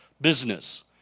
business